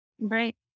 Right